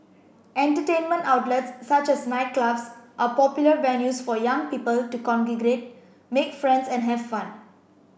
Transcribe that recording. entertainment outlets such as nightclubs are popular venues for young people to congregate make friends and have fun